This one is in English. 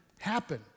happen